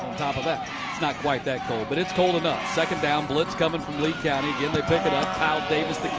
top of that. it's not quite that cold, but it's cold enough. second down, blitz coming from lee county. they pick it up. kyle davis